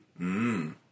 Mmm